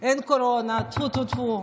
טפו טפו טפו,